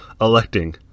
electing